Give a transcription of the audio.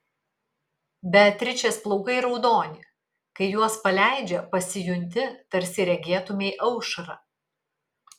beatričės plaukai raudoni kai juos paleidžia pasijunti tarsi regėtumei aušrą